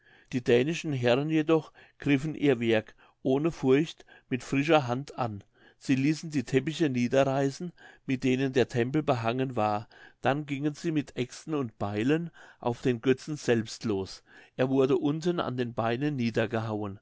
die dänischen herren jedoch griffen ihr werk ohne furcht mit frischer hand an sie ließen die teppiche niederreißen mit denen der tempel behangen war dann gingen sie mit aexten und beilen auf den götzen selbst los er wurde unten an den beinen niedergehauen